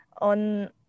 on